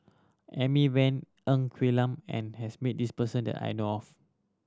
Amy Van Ng Quee Lam and has meet this person that I know of